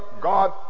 God